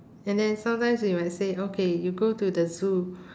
and then sometimes we might say okay you go to the zoo